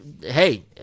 Hey